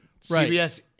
CBS